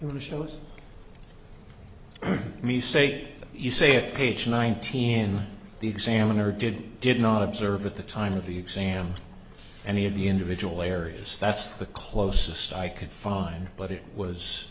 to show us me sake you say page nineteen the examiner did did not observe at the time of the exam any of the individual areas that's the closest i could find but it was